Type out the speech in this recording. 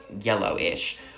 yellowish